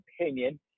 opinion